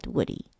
Woody